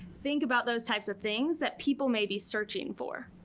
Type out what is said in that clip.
think about those types of things that people may be searching for.